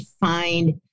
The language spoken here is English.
find